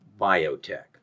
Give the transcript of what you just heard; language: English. Biotech